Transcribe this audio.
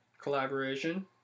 collaboration